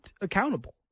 accountable